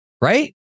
right